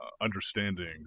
understanding